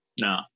No